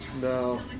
No